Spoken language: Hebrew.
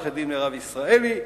עורכת-הדין מירב ישראלי,